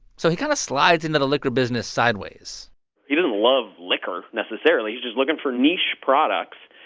so he kind of slides into the liquor business sideways he didn't love liquor necessarily. he's just looking for niche products.